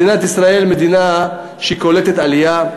מדינת ישראל היא מדינה שקולטת עלייה,